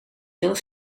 veel